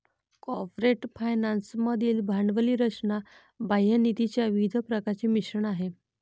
corporate finance मधील भांडवली रचना बाह्य निधीच्या विविध प्रकारांचे मिश्रण आहे